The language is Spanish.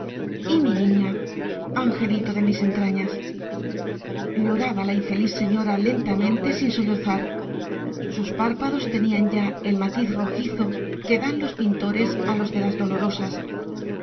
y mi niña angelito de mis entrañas lloraba la infeliz señora lentamente sin sollozar sus párpados tenían ya el matiz rojizo que dan los pintores a los de las dolorosas